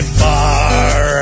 far